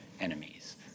enemies